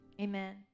amen